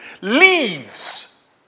leaves